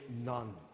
none